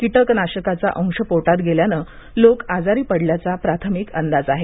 कीटकनाशकाचा अंश पोटात गेल्यानं लोक आजारी पडल्याचा प्राथमिक अंदाज आहे